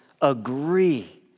agree